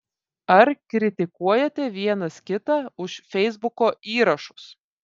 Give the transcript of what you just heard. ar kritikuojate vienas kitą už feisbuko įrašus